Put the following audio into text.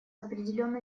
определенно